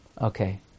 Okay